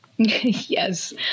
Yes